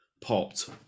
popped